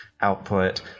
output